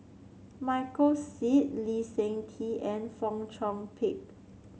Michael Seet Lee Seng Tee and Fong Chong Pik